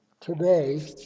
today